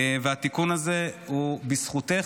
התיקון הזה הוא בזכותך.